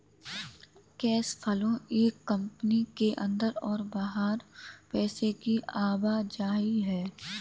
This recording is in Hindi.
कैश फ्लो एक कंपनी के अंदर और बाहर पैसे की आवाजाही है